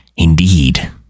Indeed